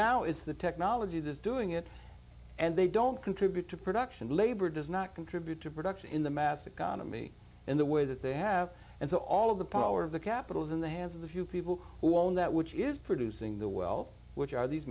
now is the technology that's doing it and they don't contribute to production labor does not contribute to production in the mass economy in the way that they have and so all of the power of the capital is in the hands of the few people who own that which is producing the well which are these